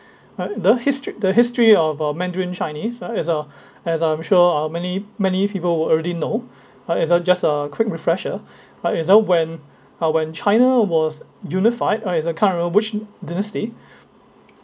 right the history the history of uh mandarin chinese ha as uh as I'm sure uh many many people will already know uh as a just a quick refresher uh itself when uh when china was unified uh it's a can't remember which dynasty